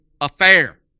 affair